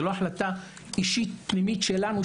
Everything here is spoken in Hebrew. זה לא החלטה פנימית שלנו,